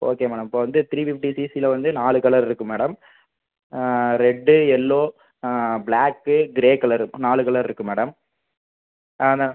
okay madam இப்போது வந்து three fifty சிசில வந்து நாலு கலர் இருக்குது madam red yellow black grey colour நாலு கலர் இருக்குது மேடம் ஆனால்